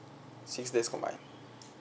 six days combine